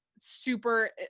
super